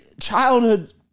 childhood